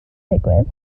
digwydd